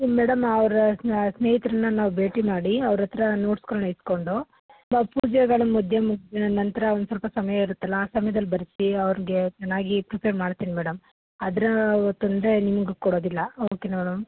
madam ಅವ್ರು ಸ್ನೇಹಿತರನ್ನ ನಾವು ಭೇಟಿ ಮಾಡಿ ಅವ್ರ ಹತ್ರ ನೋಡ್ಸುಗುಳ್ನ ಇಟ್ಟುಕೊಂಡು ಮ್ಯಾಮ್ ಪೂಜೆಗಲ್ಲ ಮಧ್ಯ ಮುಗಿದ ನಂತರ ಒಂದು ಸ್ವಲ್ಪ ಸಮಯ ಇರುತ್ತಲ್ಲ ಆ ಸಮಯದಲ್ಲಿ ಬರೆಸಿ ಅವ್ರಿಗೆ ಚೆನ್ನಾಗಿ ಪ್ರಿಫರ್ ಮಾಡ್ತಿನಿ ಮೇಡಮ್ ಅದ್ರ ಆ ತೊಂದರೆ ನಿಮ್ಗೆ ಕೊಡೋದಿಲ್ಲ ಓಕೆನ ಮೇಡಮ್